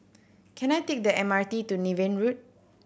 can I take the M R T to Niven Road